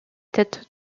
têtes